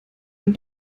ein